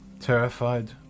Terrified